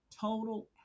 total